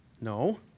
No